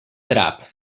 drap